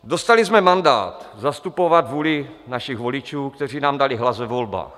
Dostali jsme mandát zastupovat vůli našich voličů, kteří nám dali hlas ve volbách.